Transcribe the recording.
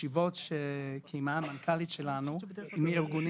הישיבות שקיימה המנכ"לית שלנו עם ארגונים,